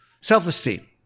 self-esteem